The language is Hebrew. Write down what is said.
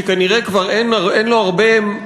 שכנראה כבר אין לו הרבה,